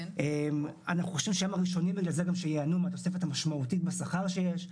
ואנחנו חושבים שהם הראשונים שייהנו מהתוספת המשמעותית שיש בשכר,